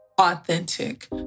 authentic